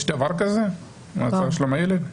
יש דבר כזה "המועצה לשלום הילד"?